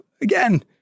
Again